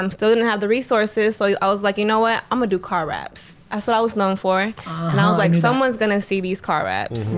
um still didn't have the resources, so yeah i was like, you know what? i'm gonna do car raps. that's what i was known for. and i was like, someone's gonna see these car raps.